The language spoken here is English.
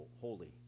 holy